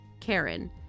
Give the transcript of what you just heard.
Karen